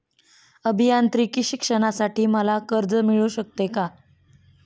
अभियांत्रिकी शिक्षणासाठी मला कर्ज मिळू शकते का?